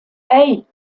hey